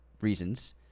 reasons